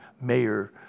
mayor